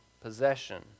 possession